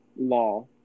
law